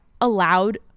allowed